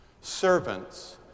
servants